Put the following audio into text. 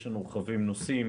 יש לנו רכבים נוסעים